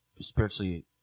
spiritually